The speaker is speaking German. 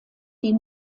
die